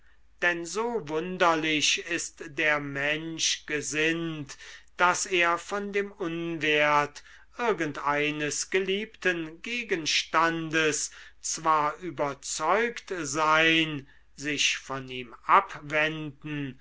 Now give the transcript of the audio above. denn so wunderlich ist der mensch gesinnt daß er von dem unwert irgendeines geliebten gegenstandes zwar überzeugt sein sich von ihm abwenden